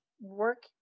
work